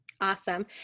Awesome